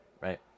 right